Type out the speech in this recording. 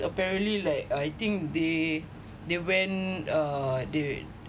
apparently like I think they they went uh they